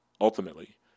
ultimately